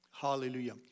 Hallelujah